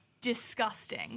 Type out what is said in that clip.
disgusting